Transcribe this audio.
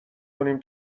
کنیم